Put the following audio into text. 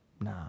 Nah